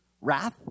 wrath